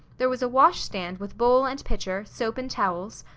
there was a wash stand with bowl and pitcher, soap and towels,